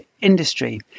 industry